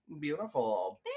Beautiful